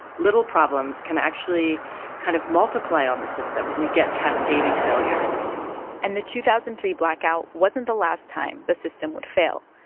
little problems can actually kind of multiply on the system, and you get cascading failures and the two thousand and three blackout wasn't the last time the system would fail.